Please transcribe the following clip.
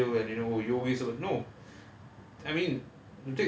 um passion he was just very chill and you know you always uh no